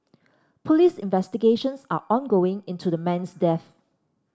police investigations are ongoing into the man's death